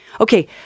Okay